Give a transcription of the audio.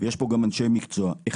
ויש פה גם אנשי מקצוע ראשית: